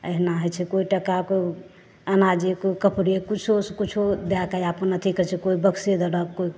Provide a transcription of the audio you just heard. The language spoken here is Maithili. अहिना होइ छै केओ टका केओ अनाजे कोइ कपड़े किछु से किछु दए कए आपन अथी करै छै केओ बक्से देलक केओ